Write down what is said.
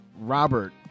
Robert